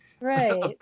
right